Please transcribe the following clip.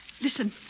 Listen